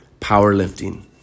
powerlifting